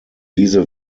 diese